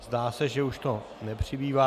Zdá se, že už to nepřibývá.